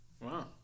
Wow